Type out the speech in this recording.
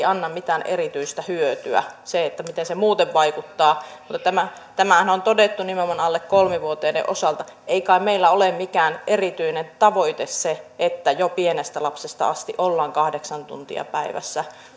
anna mitään erityistä hyötyä muuten se vaikuttaa mutta tämähän on todettu nimenomaan alle kolme vuotiaiden osalta ei kai meillä ole mikään erityinen tavoite se että jo pienestä lapsesta asti ollaan kahdeksan tuntia päivässä